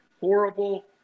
horrible